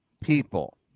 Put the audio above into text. people